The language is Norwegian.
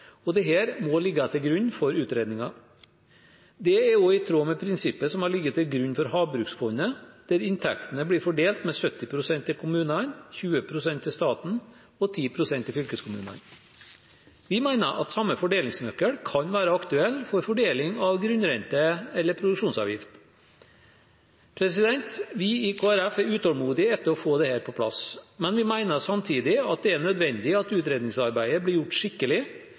må ligge til grunn for utredningen. Det er også i tråd med prinsippet som har ligget til grunn for Havbruksfondet, der inntektene blir fordelt med 70 pst. til kommunene, 20 pst. til staten og 10 pst. til fylkeskommunene. Vi mener at samme fordelingsnøkkel kan være aktuell for fordeling av grunnrenteskatt eller produksjonsavgift. Vi i Kristelig Folkeparti er utålmodige etter å få dette på plass, men vi mener samtidig at det er nødvendig at utredningsarbeidet blir gjort skikkelig,